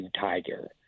Tiger